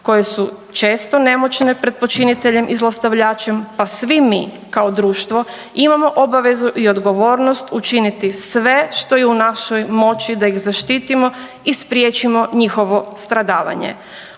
koje su često nemoćne pred počiniteljem i zlostavljačem, pa svi mi kao društvo imamo obavezu i odgovornost učiniti sve što je u našoj moći da ih zaštitimo i spriječimo njihovo stradavanje.